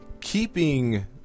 keeping